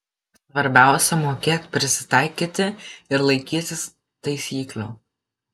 svarbiausia mokėt prisitaikyti ir laikytis taisyklių